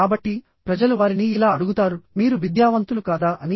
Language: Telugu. కాబట్టి ప్రజలు వారిని ఇలా అడుగుతారుః మీరు విద్యావంతులు కాదా అని